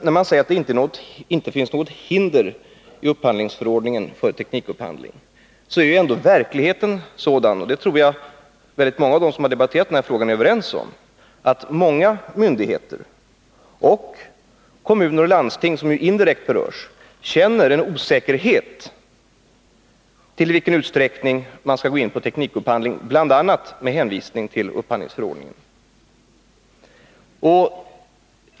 När man säger att det inte finns något hinder i upphandlingsförordningen för teknikupphandling, så är ändå verkligheten sådan — och det tror jag att många av dem som debatterat den här frågan är överens om — att olika myndigheter och kommuner och landsting, som ju indirekt berörs, känner osäkerhet om i vilken utsträckning man skall gå in på teknikupphandling, bl.a. med hänvisning till upphandlingsförordningen.